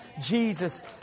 Jesus